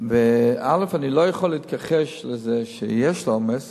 אלא יצומצם עד המינימום האפשרי.